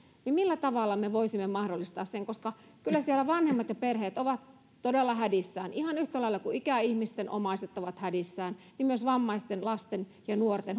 millä tavalla me voisimme mahdollistaa sen kyllä siellä vanhemmat ja perheet ovat todella hädissään ihan yhtä lailla kuin ikäihmisten omaiset myös vammaisten lasten ja nuorten